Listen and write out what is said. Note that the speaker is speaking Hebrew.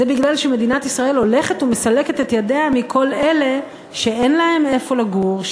זה מפני שמדינת ישראל הולכת ומסלקת את ידה מכל אלה שאין להם איפה לגור,